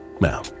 Now